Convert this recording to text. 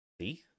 See